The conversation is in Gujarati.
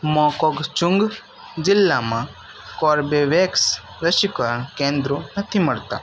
મોકોગચુંગ જિલ્લામાં કોર્બેવેક્સ રસીકરણ કેન્દ્રો નથી મળતા